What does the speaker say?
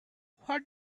what